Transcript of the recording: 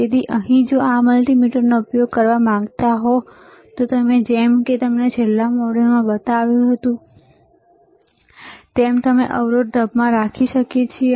તેથી અહીં જો તમે આ મલ્ટિમીટરનો ઉપયોગ કરવા માંગતા હોવ જેમ કે મેં તમને છેલ્લા મોડ્યુલમાં બતાવ્યું છે તો અમે તેને અવરોધ ઢભમાં રાખી શકીએ છીએ